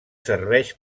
serveix